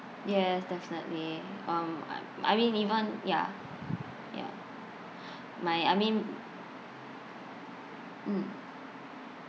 yes definitely um I I mean even ya ya my I mean mm